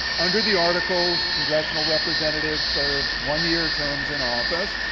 under the articles congressional representatives served one-year terms in office.